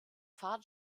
fahrt